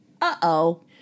Uh-oh